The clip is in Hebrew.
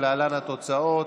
להלן התוצאות: